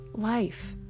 life